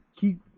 keep